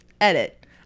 Edit